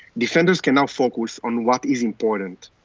defenders can now focus on what is important,